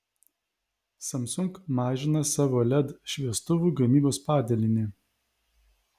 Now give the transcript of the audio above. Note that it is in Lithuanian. samsung mažina savo led šviestuvų gamybos padalinį